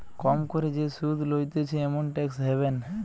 কম করে যে সুধ লইতেছে এমন ট্যাক্স হ্যাভেন